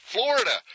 Florida